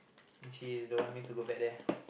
she don't want me to go back there